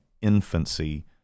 infancy